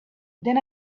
then